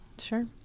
Sure